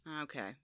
Okay